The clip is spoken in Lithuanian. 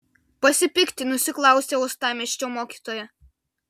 pasipiktinusi klausė uostamiesčio mokytoja